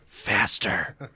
faster